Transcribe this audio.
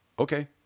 okay